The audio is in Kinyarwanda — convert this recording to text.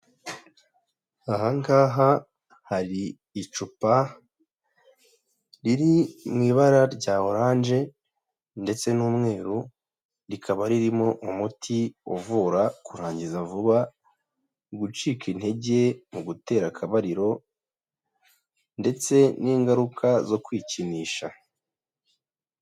Aha ngaha hari icupa riri mu ibara rya oranje ndetse n'umweru, rikaba ririmo umuti uvura kurangiza vuba, gucika intege mu gutera akabariro ndetse n'ingaruka zo kwikinisha.